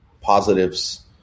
positives